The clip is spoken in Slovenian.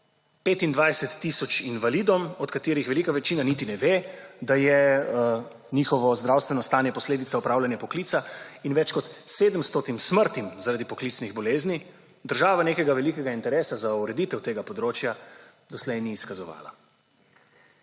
25 tisoč invalidom, od katerih velika večina niti ne ve, da je njihovo zdravstveno stanje posledica opravljanja poklica, in več kot 700 smrtim zaradi poklicnih bolezni država nekega velikega interesa za ureditev tega področja doslej ni izkazovala.